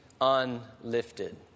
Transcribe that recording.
unlifted